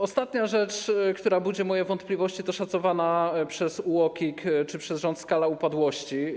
Ostatnia rzecz, która budzi moje wątpliwości, to szacowana przez UOKiK czy przez rząd skala upadłości.